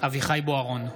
אביחי אברהם בוארון,